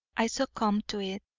i succumbed to it,